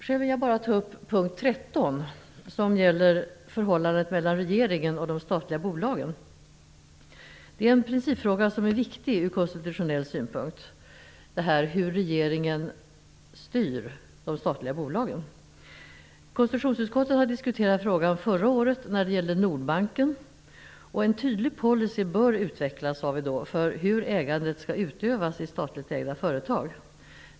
Själv vill jag bara ta upp punkt 13 som gäller förhållandet mellan regeringen och de statliga bolagen. En principfråga som är viktig ur konstitutionell synpunkt är hur regeringen styr de statliga bolagen. Konstitutionsutskottet diskuterade frågan förra året. Då gällde det Nordbanken. Vi sade då att en tydlig policy bör utvecklas för hur ägandet skall utövas i statligt ägda företag.